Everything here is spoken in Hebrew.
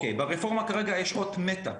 ברפורמה כרגע יש אות מתה,